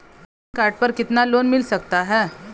Pan card पर कितना loan मिल सकता है?